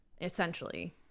essentially